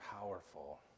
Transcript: powerful